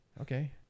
okay